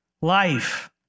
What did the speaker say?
life